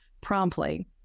promptly